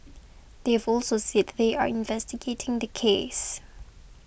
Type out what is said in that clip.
they've also said they are investigating the case